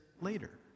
later